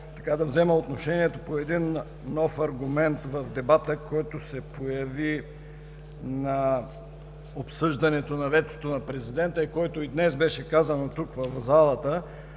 искал да взема отношение по един нов аргумент в дебата, който се появи на обсъждането на ветото на президента, който и днес беше казан тук, в залата,